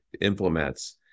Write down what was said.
implements